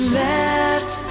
let